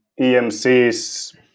EMC's